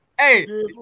Hey